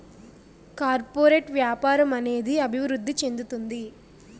corporate వ్యాపారం అనేది అభివృద్ధి చెందుతుంది